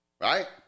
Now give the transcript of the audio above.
right